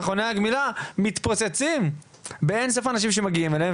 מכוני הגמילה מתפוצצים באין-סוף אנשים שמגיעים אליהם.